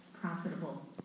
profitable